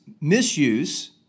misuse